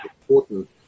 important